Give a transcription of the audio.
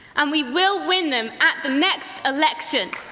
and we will win them at the next election!